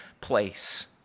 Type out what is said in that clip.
place